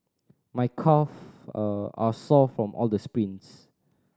my calve a are sore from all the sprints